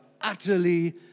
utterly